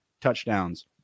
touchdowns